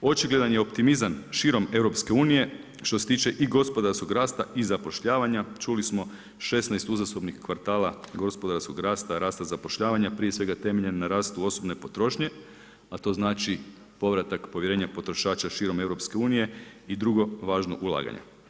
Očigledan je optimizam širom EU što se tiče i gospodarskog rasta i zapošljavanja čuli smo 16 uzastopnih kvartala gospodarskog rasta, rasta zapošljavanja prije svega temeljen na rastu osobne potrošnje, a to znači povratak povjerenja potrošača širom EU drugo važno, ulaganja.